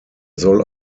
soll